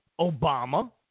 Obama